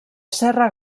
serra